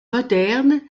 moderne